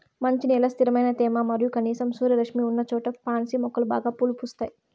మంచి నేల, స్థిరమైన తేమ మరియు కనీసం సూర్యరశ్మి ఉన్నచోట పాన్సి మొక్కలు బాగా పూలు పూస్తాయి